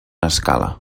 escala